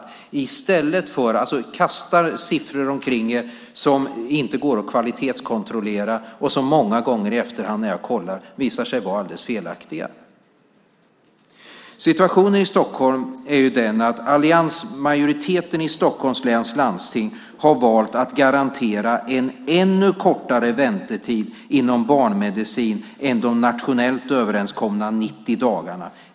Ni kastar siffror omkring er som inte går att kvalitetskontrollera, och när jag i efterhand kollar visar de sig många gånger vara helt felaktiga. Situationen i Stockholm är den att alliansmajoriteten i Stockholms läns landsting har valt att garantera en ännu kortare väntetid inom barnmedicin än de nationellt överenskomna 90 dagarna.